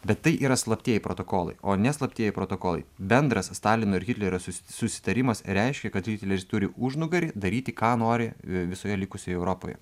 bet tai yra slaptieji protokolai o neslaptieji protokolai bendras stalino ir hitlerio susitarimas reiškia kad hitleris turi užnugarį daryti ką nori visoje likusioje europoje